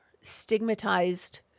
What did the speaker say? stigmatized